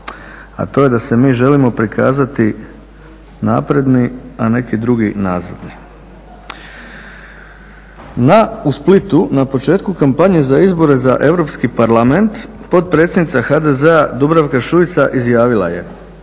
a to je da se mi želimo prikazati napredni, a neki drugi nazadni. U Splitu na početku kampanje za izbore za Europski parlament potpredsjednica HDZ-a Dubravka Šuica izjavila je: